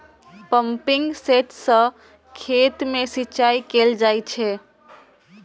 pumping set सं खेत मे सिंचाई कैल जाइ छै